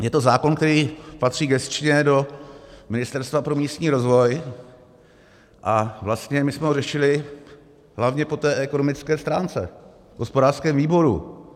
Je to zákon, který patří gesčně do Ministerstva pro místní rozvoj, a vlastně my jsme ho řešili hlavně po ekonomické stránce v hospodářském výboru.